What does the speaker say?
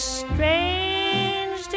strange